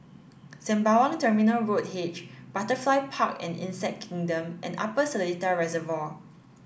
Sembawang Terminal Road H Butterfly Park and Insect Kingdom and Upper Seletar Reservoir